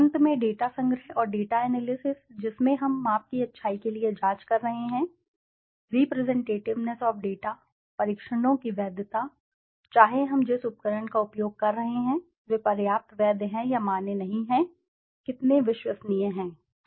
अंत में डेटा संग्रह और डेटा एनालिसिस जिसमें हम माप की अच्छाई के लिए जाँच कर रहे हैं रिप्रेसेंटेटिवेनेस ऑफ डेटा परीक्षणों की वैधता चाहे हम जिस उपकरण का उपयोग कर रहे हैं वे पर्याप्त वैध हैं या मान्य नहीं हैं कितने विश्वसनीय हैं वे